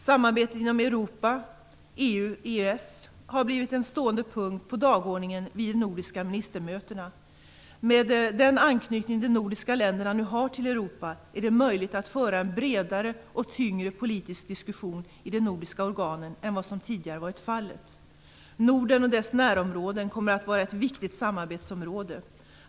Samarbetet inom Europa - EU och EES - har blivit en stående punkt på dagordningen vid de nordiska ministermötena. Med den anknytning som de nordiska länderna nu har till Europa är det möjligt att föra en bredare och tyngre politisk diskussion i de nordiska organen än vad som tidigare varit fallet. Norden och dess närområden kommer att vara ett viktigt samarbetsområde.